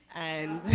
and,